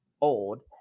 old